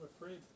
afraid